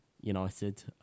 United